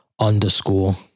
underscore